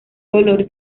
color